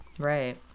right